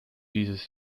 dieses